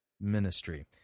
ministry